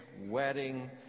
wedding